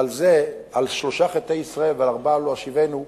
ועל זה, על שלושה חטאי ישראל ועל ארבעה לא אשיבנו,